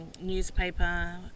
newspaper